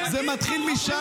זה מתחיל משם.